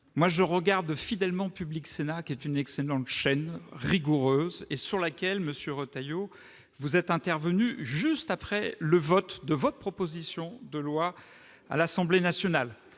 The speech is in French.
... Je regarde fidèlement Public Sénat, qui est une excellente chaîne, parfaitement rigoureuse, et sur laquelle, monsieur Retailleau, vous êtes intervenu juste après le vote de votre proposition de loi à l'Assemblée nationale.